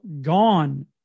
gone